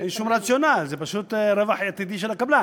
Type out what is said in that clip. אין שום רציונל, זה פשוט רווח עתידי של הקבלן.